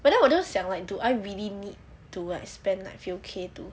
but then 我就想 like do I really need to like spend a few K to